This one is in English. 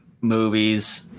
movies